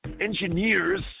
engineers